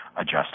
adjust